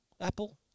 Apple